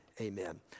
amen